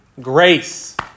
grace